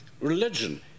religion